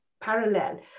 parallel